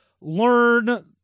learn